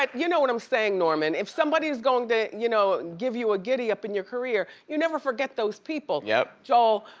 ah you know what i'm sayin', norman. if somebody's going to you know give you a giddy up in your career, you never forget those people. yep. joel,